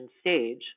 stage